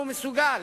והוא מסוגל,